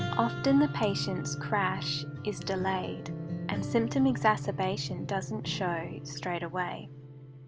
often the patient's crash is delayed and symptom exacerbation doesn't show straightaway.